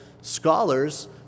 scholars